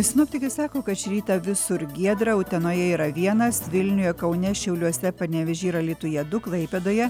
sinoptikai sako kad šį rytą visur giedra utenoje yra vienas vilniuje kaune šiauliuose panevėžy ir alytuje du klaipėdoje